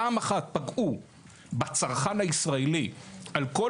שפעם אחת פגעו בצרכן הישראלי על כל